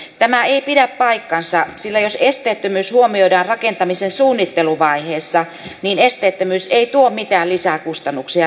tämä ei pidä paikkaansa sillä jos esteettömyys huomioidaan rakentamisen suunnitteluvaiheessa niin esteettömyys ei tuo mitään lisäkustannuksia rakentamiseen